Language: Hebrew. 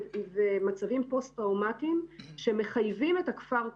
ומצבים פוסט טראומטיים שמחייבים את הכפר כולו.